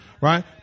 right